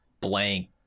blank